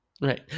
right